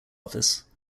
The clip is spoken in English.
office